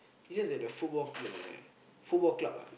is just that the football the Football Club ah